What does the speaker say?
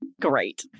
great